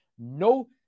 No